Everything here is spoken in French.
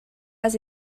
pas